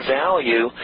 value